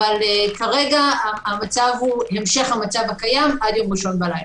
אבל כרגע המצב הוא המשך המצב הקיים עד יום ראשון בלילה.